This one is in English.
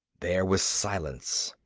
there was silence,